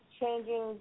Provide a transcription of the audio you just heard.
changing